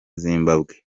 zimbabwe